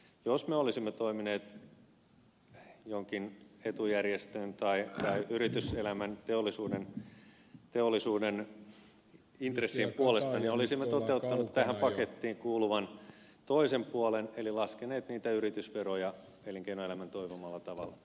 jos me olisimme toimineet jonkin etujärjestön tai yrityselämän teollisuuden intressien puolesta niin olisimme toteuttaneet tähän pakettiin kuuluvan toisen puolen eli laskeneet niitä yritysveroja elinkeinoelämän toivomalla tavalla